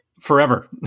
forever